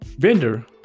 Vendor